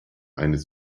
eines